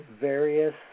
various